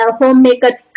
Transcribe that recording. homemakers